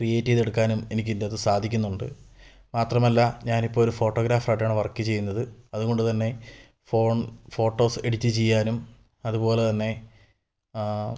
create ചെയ്തെടുക്കാനും എനിക്കിതിന്റെ അകത്ത് സാധിക്കുന്നുണ്ട് മാത്രമല്ല ഞാൻ ഇപ്പോൾ ഒര് ഫോട്ടോഗ്രാഫറായിട്ടാണ് വർക്ക് ചെയ്യുന്നത് അതുകൊണ്ട് തന്നെ ഫോൺ ഫോട്ടോസ് എഡിറ്റ് ചെയ്യാനും അതുപോലെ തന്നെ